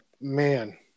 man